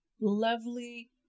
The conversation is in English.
lovely